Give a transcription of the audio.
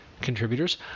contributors